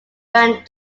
band